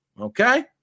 Okay